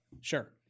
Sure